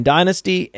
Dynasty